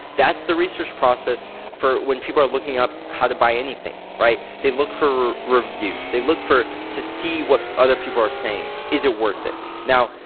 that's the research process for when people are looking up how to buy anything, right? they look for reviews. they look for, to see what other people are saying. is it worth it? now,